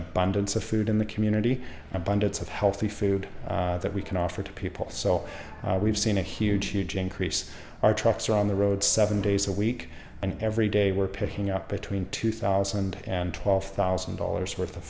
abundance of food in the community abundance of healthy food that we can offer to people so we've seen a huge huge increase our trucks are on the road seven days a week and every day we're picking up between two thousand and twelve thousand dollars worth of